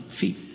feet